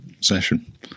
session